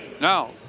Now